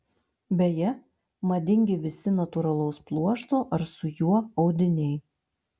beje madingi visi natūralaus pluošto ar su juo audiniai